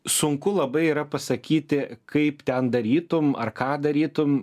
sunku labai yra pasakyti kaip ten darytum ar ką darytum